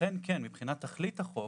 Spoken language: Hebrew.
לכן כן, מבחינת תכלית החוק